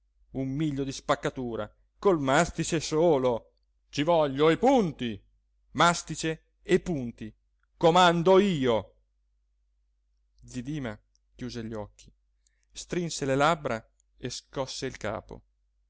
un miglio di spaccatura col mastice solo ci voglio i punti mastice e punti comando io zi dima chiuse gli occhi strinse le labbra e scosse il capo